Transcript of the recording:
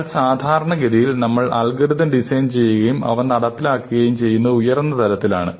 എന്നാൽ സാധാരണഗതിയിൽ നമ്മൾ അൽഗോരിതം ഡിസൈൻ ചെയ്യുകയും അവ നടപ്പിലാക്കുകയും ചെയ്യുന്നത് ഉയർന്ന തലത്തിലാണ്